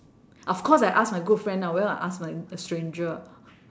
of course I ask my good friend ah why will I ask like a stranger